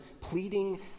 pleading